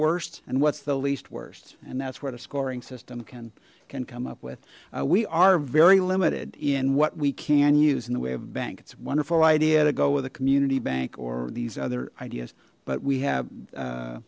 worst and what's the least worst and that's where the scoring system can can come up with we are very limited in what we can use in the way of a bank it's wonderful idea to go with a community bank or these other ideas but we have